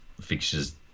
fixtures